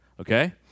Okay